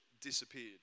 disappeared